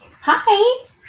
Hi